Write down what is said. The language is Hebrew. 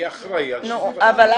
זה הפתרון.